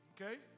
Okay